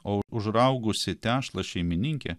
o užraugusi tešlą šeimininkė